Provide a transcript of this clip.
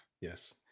Yes